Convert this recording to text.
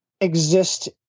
exist